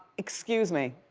excuse me,